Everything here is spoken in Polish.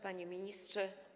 Panie Ministrze!